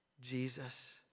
Jesus